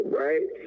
right